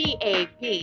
PAP